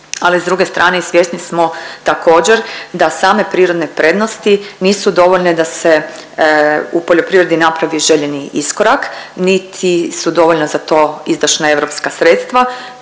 i s druge strane svjesni smo također da same prirodne prednosti nisu dovoljne da se u poljoprivredi napravi željeni iskorak niti su dovoljna za to izdašna europska sredstva